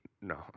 no